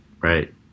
right